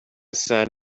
sign